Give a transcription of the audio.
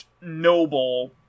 noble